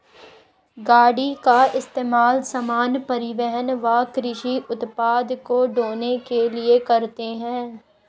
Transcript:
गाड़ी का इस्तेमाल सामान, परिवहन व कृषि उत्पाद को ढ़ोने के लिए करते है